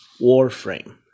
Warframe